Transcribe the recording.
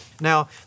Now